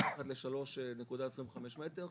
מתחת ל-3.25 מטר,